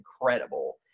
incredible